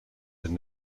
and